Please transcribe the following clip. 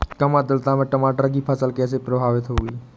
कम आर्द्रता में टमाटर की फसल कैसे प्रभावित होगी?